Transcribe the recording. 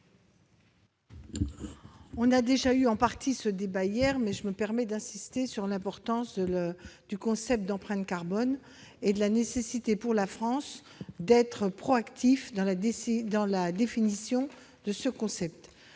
a déjà en partie eu lieu hier, je me permets d'insister sur l'importance du concept d'empreinte carbone et la nécessité pour la France d'être proactive dans la définition de celui-ci.